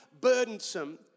burdensome